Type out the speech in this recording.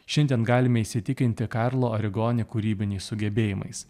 šiandien galime įsitikinti karlo arigoni kūrybiniais sugebėjimais